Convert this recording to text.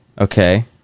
Okay